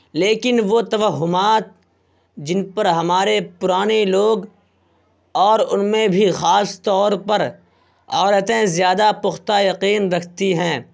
لیکن وہ توہمات جن پر ہمارے پرانے لوگ اور ان میں بھی خاص طور پر عورتیں زیادہ پختہ یقین رکھتی ہیں